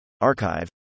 Archive